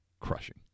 crushing